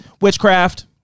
witchcraft